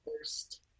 first